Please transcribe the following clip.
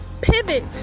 Pivot